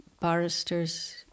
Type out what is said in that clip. barrister's